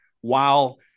while-